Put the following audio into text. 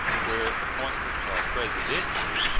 where appointments are presidential,